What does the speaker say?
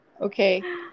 Okay